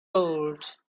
old